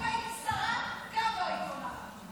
אם הייתי שרה, גם לא הייתי עונה לך.